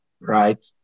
Right